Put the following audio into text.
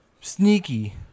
sneaky